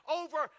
over